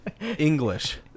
English